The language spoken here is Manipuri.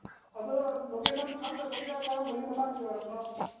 ꯑꯗꯨ ꯂꯣꯀꯦꯁꯟꯗꯨ ꯈꯪꯗꯕꯒꯤꯔꯥ ꯀꯔꯝꯕꯒꯤ ꯃꯇꯥꯡꯒꯤ ꯑꯣꯏꯔꯕꯅꯣ